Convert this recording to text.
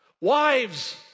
Wives